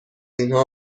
اینها